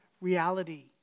reality